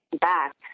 back